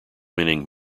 winning